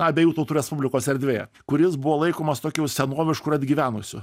abiejų tautų respublikos erdvėje kur jis buvo laikomas tokiu senovišku ir atgyvenusiu